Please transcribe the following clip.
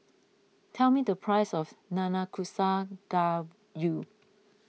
tell me the price of Nanakusa Gayu